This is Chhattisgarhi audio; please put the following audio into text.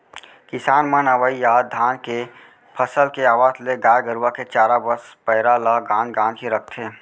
किसान मन अवइ या धान के फसल के आवत ले गाय गरूवा के चारा बस पैरा ल गांज गांज के रखथें